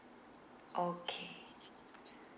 okay